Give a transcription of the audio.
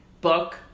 book